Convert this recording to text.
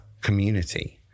community